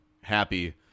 happy